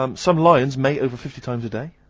um some lions mate over fifty times a day.